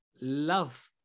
love